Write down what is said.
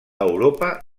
europa